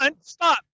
stop